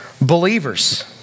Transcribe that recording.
believers